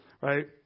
right